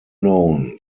known